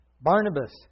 Barnabas